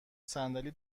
صندلی